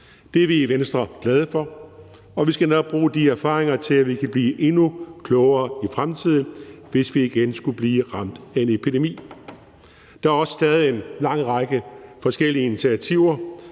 Det er vi i Venstre glade for, og vi skal nok bruge de erfaringer til, at vi kan blive endnu klogere i fremtiden, hvis vi igen skulle blive ramt af en epidemi. Der er også taget en lang række forskellige initiativer